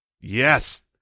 Yes